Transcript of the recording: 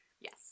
Yes